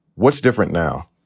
what's different now?